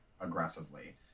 aggressively